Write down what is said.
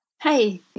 Hey